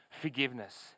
forgiveness